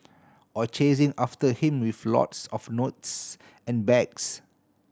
or chasing after him with lots of notes and bags